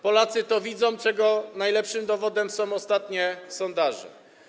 Polacy to widzą, czego najlepszym dowodem są ostatnie sondaże.